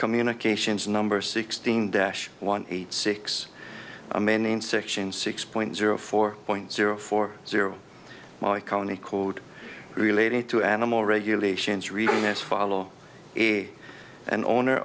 communications number sixteen dash one eight six a man in section six point zero four point zero four zero my county code related to animal regulations really is follow here an owner